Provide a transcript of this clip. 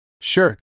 Shirt